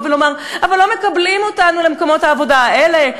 ולומר: אבל לא מקבלים אותנו למקומות העבודה האלה,